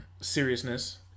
seriousness